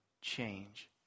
change